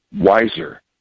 wiser